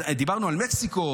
דיברנו על מקסיקו,